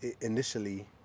initially